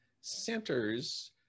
centers